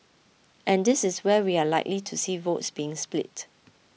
and this is where we are likely to see votes being split